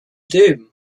doom